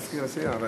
מזכיר הסיעה.